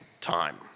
time